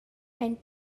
and